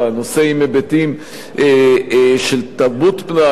נושא עם היבטים של תרבות פנאי,